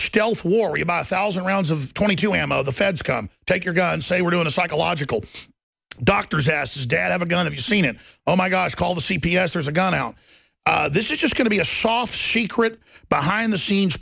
stealth warry about a thousand rounds of twenty two ammo the feds come take your gun say we're doing a psychological doctors asked his dad have a gun have you seen it oh my gosh call the c p s there's a gun out this is just going to be a shot she quit behind the scenes